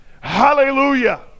Hallelujah